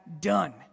done